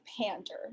pander